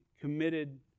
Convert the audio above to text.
committed